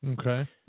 Okay